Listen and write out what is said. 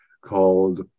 called